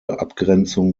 abgrenzung